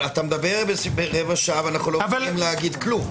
אבל אתה מדבר רבע שעה ולא יכולים לומר כלום.